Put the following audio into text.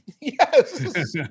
Yes